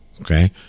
okay